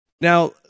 Now